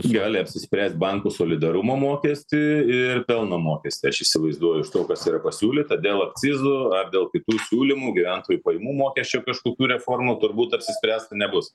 gali apsispręst bankų solidarumo mokestį ir pelno mokestį aš įsivaizduoju iš to kas yra pasiūlyta dėl akcizų ar dėl kitų siūlymų gyventojų pajamų mokesčio kažkokių reformų turbūt apsispręsta nebus